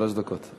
שלוש דקות.